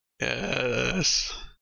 yes